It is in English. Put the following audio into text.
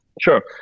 Sure